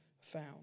found